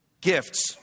gifts